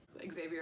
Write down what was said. Xavier